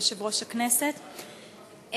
יושב-ראש הכנסת,